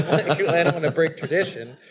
i don't want to break tradition.